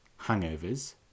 hangovers